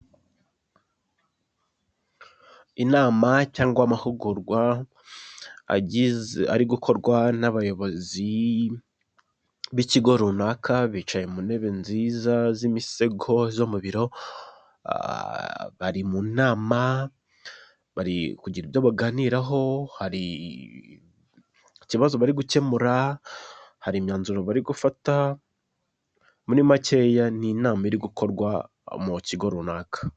Inama cyangwa amahugurwa ari gukorwa n'abayobozi b'ikigo runaka, bicaye mu ntebe nziza z'imisego zo mu biro, bari mu nama kugira ibyo baganiraho, hari ikibazo bari gukemura, hari imyanzuro bari gufata, muri makeya ni nama iri gukorwa mu kigo runaka.